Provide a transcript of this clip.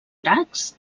dracs